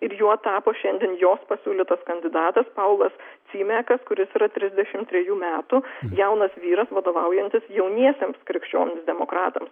ir juo tapo šiandien jos pasiūlytas kandidatas paulas cymekas kuris yra trisdešimt trijų metų jaunas vyras vadovaujantis jauniesiems krikščionims demokratams